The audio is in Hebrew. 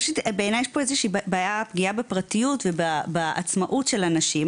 ראשית בעיניי יש פה בעיה של פגיעה בפרטיות ובעצמאות של אנשים,